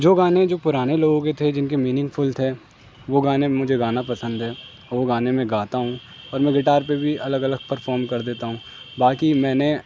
جو گانے جو پرانے لوگوں کے تھے جن کے میننگفل تھے وہ گانے مجھے گانا پسند ہے اور وہ گانے میں گاتا ہوں اور میں گٹار پہ بھی الگ الگ پرفام کر دیتا ہوں باقی میں نے